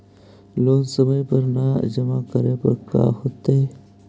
Loan समय पर न जमा करला पर का होतइ?